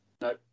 No